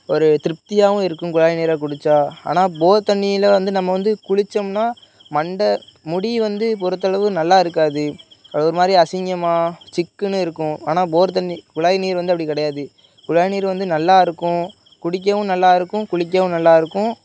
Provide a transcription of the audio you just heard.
ஒரு திருப்தியாகவும் இருக்கும் குழாய் நீரை குடித்தா ஆனால் போர் தண்ணியில் வந்து நம்ம வந்து குளித்தோம்னா மண்டை முடி வந்து பொருத்தளவு நல்லாயிருக்காது அது ஒரு மாதிரி அசிங்கமா சிக்குன்னு இருக்கும் ஆனால் போர் தண்ணி குழாய் நீர் வந்து அப்படி கிடையாது குழாய் நீர் வந்து நல்லாயிருக்கும் குடிக்கவும் நல்லா இருக்கும் குளிக்கவும் நல்லா இருக்கும்